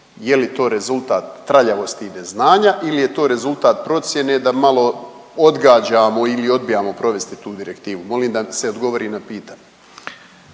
je li to rezultat traljavosti i neznanja ili je to rezultat procjene da malo odgađamo ili odbijamo provesti tu direktivu. Molim da mi se odgovori na pitanje.